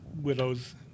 widows